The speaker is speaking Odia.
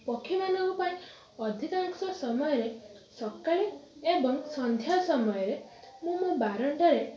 ପକ୍ଷୀମାନଙ୍କ ପାଇଁ ଅଧିକାଂଶ ସମୟରେ ସକାଳେ ଏବଂ ସନ୍ଧ୍ୟା ସମୟରେ ମୁଁ ମୋ ବାରଣ୍ଡାରେ